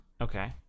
Okay